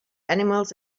animals